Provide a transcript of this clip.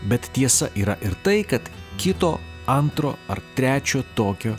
bet tiesa yra ir tai kad kito antro ar trečio tokio